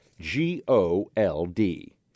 G-O-L-D